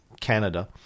canada